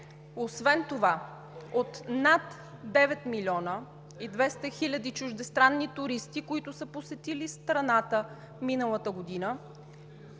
Освен това от над 9 милиона и 200 хиляди чуждестранни туристи, които са посетили страната миналата година,